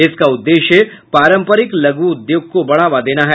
इसका उद्देश्य पारंपरिक लघु उद्योग को बढावा देना है